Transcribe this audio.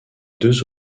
deux